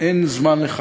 אין זמן לחכות.